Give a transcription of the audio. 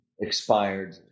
expired